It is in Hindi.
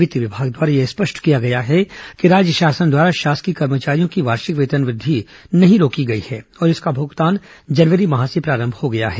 वित्त विभाग द्वारा यह स्पष्ट किया गया है कि राज्य शासन द्वारा शासकीय कर्मचारियों की वार्षिक वेतन वृद्धि नहीं रोकी गई है और इसका भुगतान जनवरी माह से प्रारंभ हो गया है